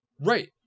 Right